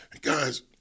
guys